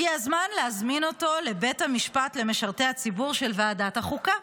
הגיע הזמן להזמין אותו לבית המשפט למשרתי הציבור של ועדת החוקה.